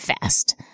fast